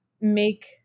make